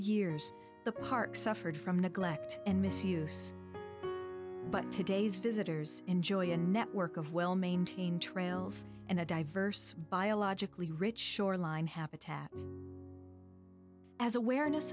years the park suffered from neglect and misuse but today's visitors enjoy a network of well maintained trails and a diverse biologically rich shoreline habitat as awareness